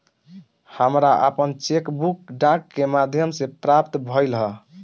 हमरा आपन cheque book डाक के माध्यम से प्राप्त भइल ह